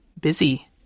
busy